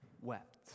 wept